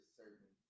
certain